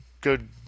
good